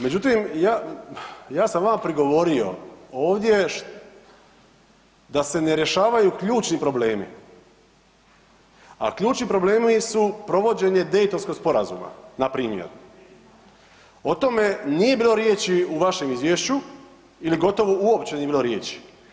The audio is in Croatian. Međutim, ja, ja sam vama prigovorio ovdje da se ne rješavaju ključni problemi, a ključni problemi su provođenje Daytonskog sporazuma npr., o tome nije bilo riječi u vašem izvješću ili gotovo uopće nije bilo riječi.